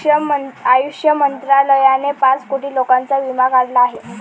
आयुष मंत्रालयाने पाच कोटी लोकांचा विमा काढला आहे